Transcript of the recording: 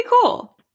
cool